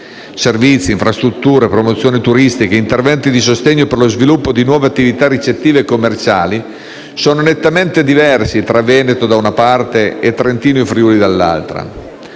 Servizi, infrastrutture, promozione turistica, interventi di sostegno per lo sviluppo di nuove attività ricettive e commerciali sono nettamente diversi tra Veneto da una parte e Trentino e Friuli dall'altra.